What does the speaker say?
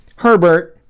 her